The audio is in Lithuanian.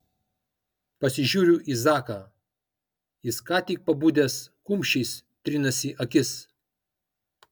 pasižiūriu į zaką jis ką tik pabudęs kumščiais trinasi akis